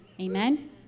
Amen